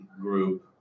group